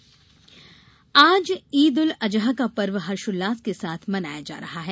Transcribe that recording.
ईद आज ईद उल अजहा का पर्व हर्षोल्लास के साथ मनाया जा रहा है